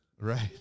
Right